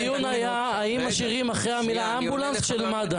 הדיון היה האם משאירים אחרי המילה אמבולנס של מד"א.